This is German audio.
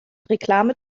reklame